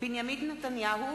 בנימין נתניהו,